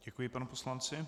Děkuji panu poslanci.